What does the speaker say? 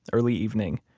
early evening.